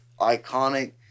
iconic